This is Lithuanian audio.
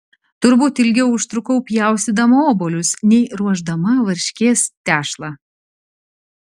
turbūt ilgiau užtrukau pjaustydama obuolius nei ruošdama varškės tešlą